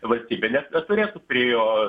valstybė ne nebeturėtų prie jo